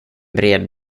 bred